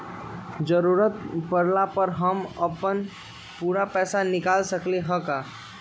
जरूरत परला पर हम अपन पूरा पैसा निकाल सकली ह का?